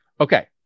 Okay